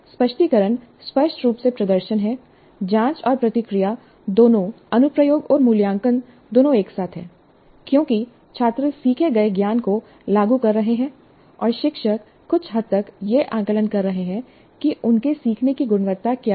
स्पष्टीकरण स्पष्ट रूप से प्रदर्शन है जांच और प्रतिक्रिया दोनों अनुप्रयोग और मूल्यांकन दोनों एक साथ हैं क्योंकि छात्र सीखे गए ज्ञान को लागू कर रहे हैं और शिक्षक कुछ हद तक यह आकलन कर रहे हैं कि उनके सीखने की गुणवत्ता क्या है